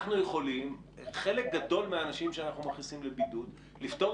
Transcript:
אנחנו יכולים חלק גדול מהאנשים שאנחנו מכניסים לבידוד לפטור